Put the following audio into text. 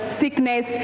sickness